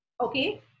Okay